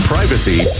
Privacy